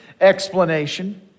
explanation